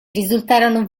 risultarono